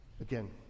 Again